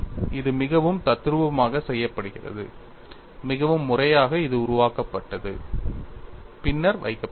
இது மிகவும் தத்ரூபமாக செய்யப்படுகிறது மிகவும் முறையாக அது உருவகப்படுத்தப்பட்டு பின்னர் வைக்கப்பட்டது